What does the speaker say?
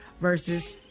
versus